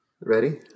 Ready